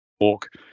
walk